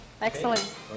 Excellent